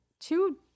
two